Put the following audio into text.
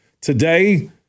Today